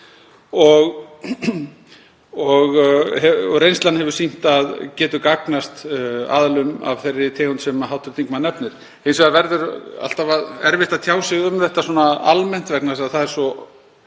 og reynslan hefur sýnt að það getur gagnast aðilum af þeirri tegund sem hv. þingmaður nefnir. Hins vegar verður alltaf erfitt að tjá sig um þetta almennt vegna þess að það er svo